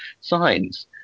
signs